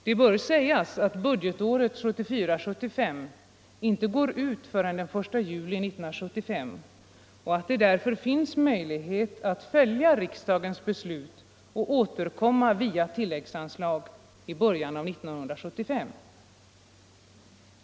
Det bör sägas att budgetåret 1974/75 inte går ut förrän den 1 juli 1975 och att det därför finns möjlighet att följa riksdagens beslut och återkomma via tilläggsanslag i början av 1975.